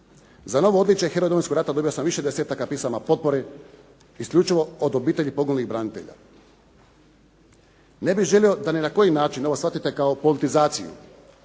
Za novo odličje "Heroj Domovinskog rata" dobio sam više desetaka pisama potpore isključivo od obitelji poginulih branitelja. Ne bih želio da ni na koji način ovo shvatite kao politizaciju,